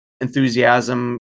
enthusiasm